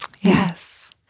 Yes